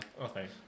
Okay